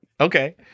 Okay